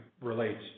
relates